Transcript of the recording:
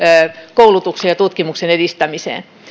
koulutuksen ja tutkimuksen edistämiseen